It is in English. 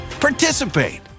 participate